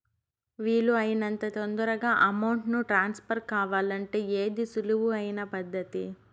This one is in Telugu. వీలు అయినంత తొందరగా అమౌంట్ ను ట్రాన్స్ఫర్ కావాలంటే ఏది సులువు అయిన పద్దతి